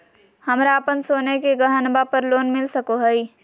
हमरा अप्पन सोने के गहनबा पर लोन मिल सको हइ?